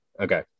Okay